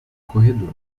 corredor